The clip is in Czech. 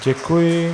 Děkuji.